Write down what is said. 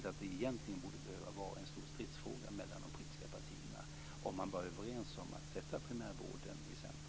Det borde egentligen inte vara en stor stridsfråga mellan de politiska partierna, om man bara är överens om att sätta primärvården i centrum.